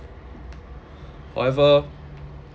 however